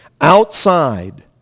Outside